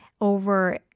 over